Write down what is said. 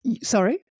Sorry